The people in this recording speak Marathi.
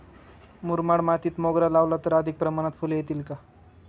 मुरमाड मातीत मोगरा लावला तर अधिक प्रमाणात फूले येतील का?